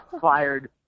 fired